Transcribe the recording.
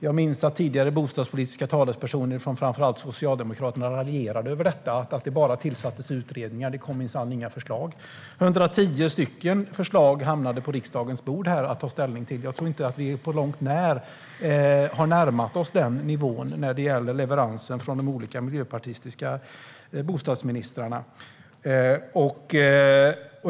Jag minns att tidigare bostadspolitiska talespersoner från framför allt Socialdemokraterna raljerade över att det bara tillsattes utredningar och att det minsann inte kom några förslag. 110 förslag hamnade på riksdagens bord för riksdagen att ta ställning till. Jag tror inte att de miljöpartistiska bostadsministrarna på långt när har närmat sig den nivån.